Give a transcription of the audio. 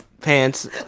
pants